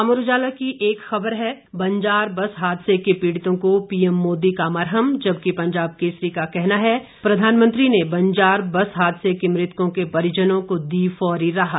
अमर उजाला की एक खबर है बंजार बस हादसे के पीड़ितों को पीएम मोदी का मरहम जबकि पंजाब केसरी का कहना है प्रधानमंत्री ने बंजार बस हादसे के मृतकों के परिजनों को दी फौरी राहत